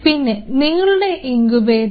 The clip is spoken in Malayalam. പിന്നെ നിങ്ങളുടെ ഇൻകുബേറ്റർ